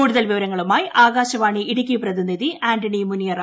കൂടുതൽ വിവരങ്ങളുമായി ആകാശവാണി ഇടുക്കി പ്രതിനിധി ആന്റണി മുനിയറ